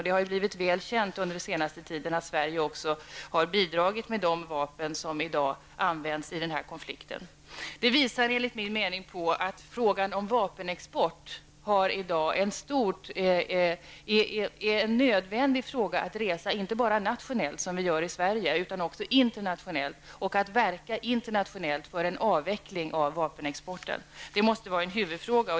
Det har blivit väl känt under den senaste tiden att Sverige också har bidragit med de vapen som i dag används i konflikten. Det här visar enligt min uppfattning på att frågan om vapenexport i dag är en nödvändig fråga att resa, inte bara nationellt i Sverige utan också internationellt. Det är nödvändigt att verka internationellt för en avveckling av vapenexporten. Det måste vara huvudfrågan.